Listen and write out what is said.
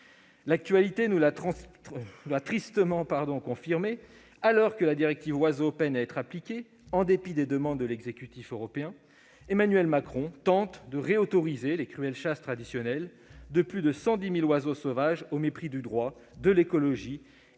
L'actualité nous l'a tristement confirmé : alors que la directive Oiseaux peine à être appliquée en dépit des demandes de l'exécutif européen, Emmanuel Macron tente de réautoriser les cruelles chasses traditionnelles de plus de 110 000 oiseaux sauvages, au mépris du droit, de l'écologie et des